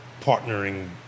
partnering